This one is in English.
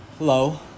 Hello